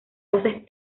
voces